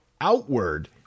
outward